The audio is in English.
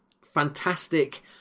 fantastic